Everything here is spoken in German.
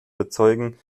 bezeugen